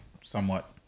somewhat